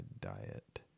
diet